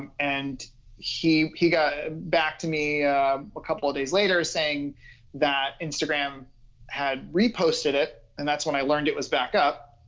um and he he got back to me a couple of days later saying that instagram had reposted it, and that's when i learned it was back up.